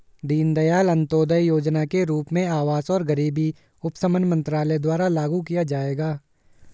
दीनदयाल अंत्योदय योजना के रूप में आवास और गरीबी उपशमन मंत्रालय द्वारा लागू किया जाएगा